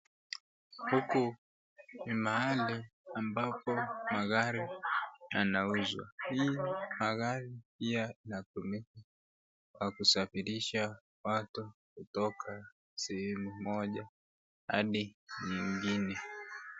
Huku ni mahali ambapo magari yanauzwa. Hii magari pia yatumika kwa kusafirisha watu kutoka sehemu moja hadi nyingine.